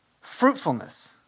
fruitfulness